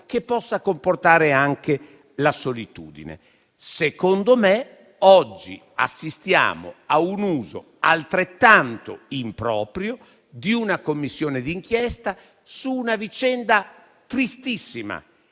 che possa comportare anche la solitudine. Secondo me, oggi assistiamo a un uso altrettanto improprio di una Commissione d'inchiesta su una vicenda tristissima,